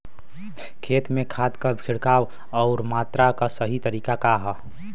खेत में खाद क छिड़काव अउर मात्रा क सही तरीका का ह?